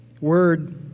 word